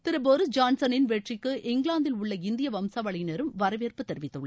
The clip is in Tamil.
திரு போரிஸ் ஜான்சனின் வெற்றிக்கு இங்கிலாந்தில் உள்ள இந்திய வம்சாவளியினரும் வரவேற்பு தெரிவித்துள்ளனர்